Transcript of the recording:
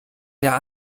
der